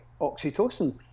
oxytocin